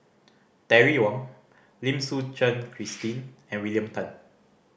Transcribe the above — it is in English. Terry Wong Lim Suchen Christine and William Tan